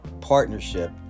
partnership